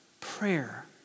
prayer